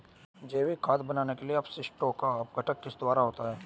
जैविक खाद बनाने के लिए अपशिष्टों का अपघटन किसके द्वारा होता है?